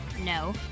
No